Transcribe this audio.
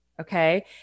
Okay